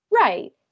Right